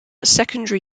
secondary